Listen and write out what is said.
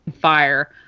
fire